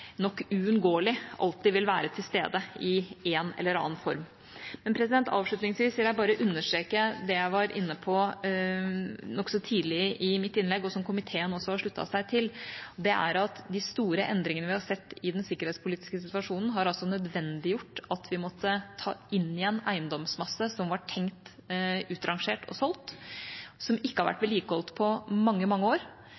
nok uunngåelig alltid vil være til stede i en eller annen form. Avslutningsvis vil jeg understreke det jeg var inne på nokså tidlig i mitt innlegg, og som komiteen også har sluttet seg til, at de store endringene vi har sett i den sikkerhetspolitiske situasjonen, har nødvendiggjort at vi måtte ta inn igjen eiendomsmasse som var tenkt utrangert og solgt, og som ikke har vært